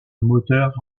moteur